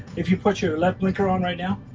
if you put your left blinker on right now,